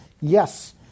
Yes